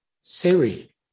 Siri